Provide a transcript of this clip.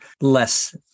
less